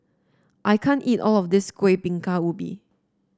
I can't eat all of this Kuih Bingka Ubi